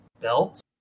belt